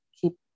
keep